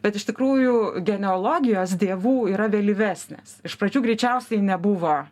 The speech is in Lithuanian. bet iš tikrųjų genealogijos dievų yra vėlyvesnės iš pradžių greičiausiai nebuvo